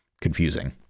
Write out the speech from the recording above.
confusing